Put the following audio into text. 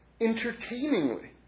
entertainingly